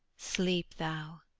sleep thou,